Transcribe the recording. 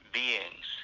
beings